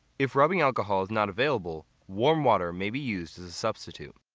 if rubbing alcohol is not available, warm water may be used as a substitute.